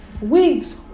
Wigs